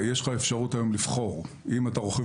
יש לך אפשרות היום לבחור אם אתה רוכב